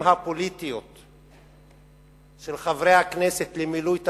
הפוליטיות של חברי הכנסת למילוי תפקידם,